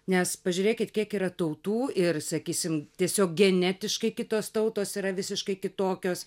nes pažiūrėkit kiek yra tautų ir sakysim tiesiog genetiškai kitos tautos yra visiškai kitokios